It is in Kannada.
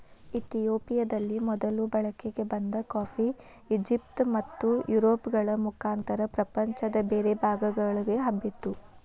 ಇತಿಯೋಪಿಯದಲ್ಲಿ ಮೊದಲು ಬಳಕೆಗೆ ಬಂದ ಕಾಫಿ, ಈಜಿಪ್ಟ್ ಮತ್ತುಯುರೋಪ್ಗಳ ಮುಖಾಂತರ ಪ್ರಪಂಚದ ಬೇರೆ ಭಾಗಗಳಿಗೆ ಹಬ್ಬಿತು